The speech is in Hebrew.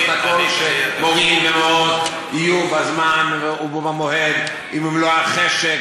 הכול שמורים ומורות יהיו בזמן ובמועד עם מלוא החשק.